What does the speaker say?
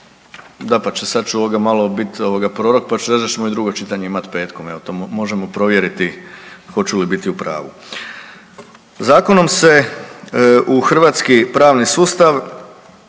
sad ću ovoga malo bit ovoga prorok pa ću reći da ćemo i drugo čitanje imati petkom evo to možemo provjeriti hoću li biti u pravu. Zakonom se u hrvatski pravni sustav